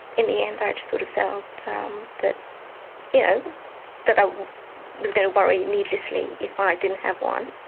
in the end, i just sort of felt um that you know that i was going to worry needlessly if i didn't have one.